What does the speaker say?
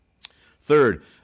Third